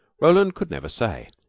roland could never say.